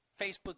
Facebook